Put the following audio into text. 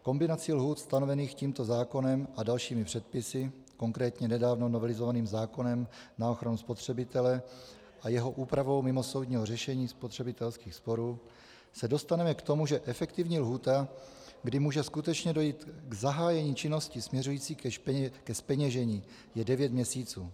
Kombinací lhůt stanovených tímto zákonem a dalšími předpisy, konkrétně nedávno novelizovaným zákonem na ochranu spotřebitele a jeho úpravou mimosoudního řešení spotřebitelských sporů, se dostaneme k tomu, že efektivní lhůta, kdy může skutečně dojít k zahájení činnosti směřující ke zpeněžení, je devět měsíců.